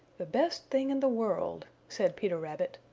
the best thing in the world, said peter rabbit.